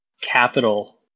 capital